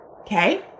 okay